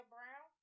Brown